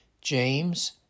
James